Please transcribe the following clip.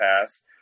pass